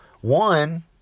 one